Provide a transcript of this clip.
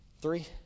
three